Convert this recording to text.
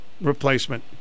replacement